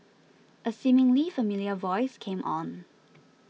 a seemingly familiar voice came on